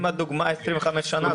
אם הדוגמה היא 25 שנה,